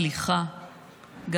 סליחה,